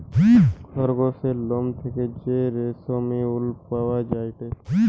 খরগোসের লোম থেকে যে রেশমি উল পাওয়া যায়টে